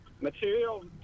material